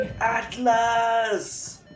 Atlas